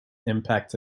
impact